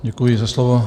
Děkuji za slovo.